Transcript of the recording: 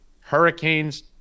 Hurricanes